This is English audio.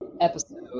episode